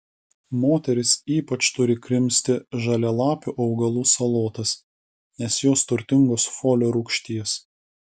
moterys ypač turi krimsti žalialapių augalų salotas nes jos turtingos folio rūgšties